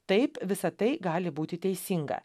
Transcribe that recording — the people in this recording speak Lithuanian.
taip visa tai gali būti teisinga